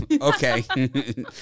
okay